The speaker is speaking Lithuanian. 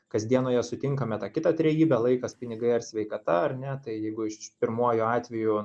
kasdienoje sutinkame tą kitą trejybę laikas pinigai ar sveikata ar ne tai jeigu pirmuoju atveju